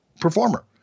performer